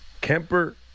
Kemper